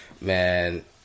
man